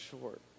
short